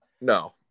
No